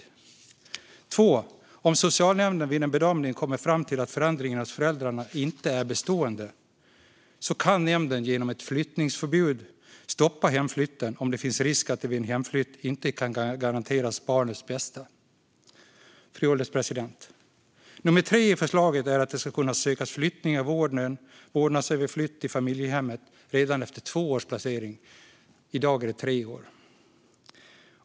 För det andra kan socialnämnden, om den vid en bedömning kommer fram till att förändringen hos föräldrarna inte är bestående, genom ett flyttningsförbud stoppa hemflytten, om det finns risk för att barnets bästa inte kan garanteras vid en hemflytt. Fru ålderspresident! Nummer tre i förslaget är att det ska kunna ansökas om vårdnadsöverflytt till familjehemmet redan efter två års placering - i dag är det tre år.